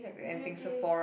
beauty